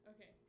Okay